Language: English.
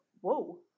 whoa